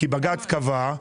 כי בג"ץ קבע.